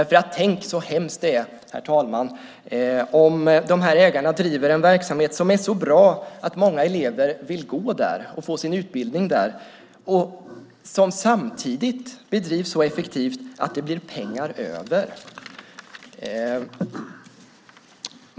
För tänk så hemskt det är, herr talman, om de här ägarna driver en verksamhet som är så bra att många elever vill gå där och få sin utbildning där, en verksamhet som samtidigt drivs så effektivt att det blir pengar över!